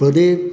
প্রদীপ